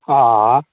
हां आं